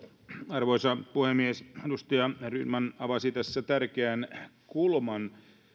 arvoisa puhemies edustaja rydman avasi tässä tärkeän kulman